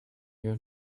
your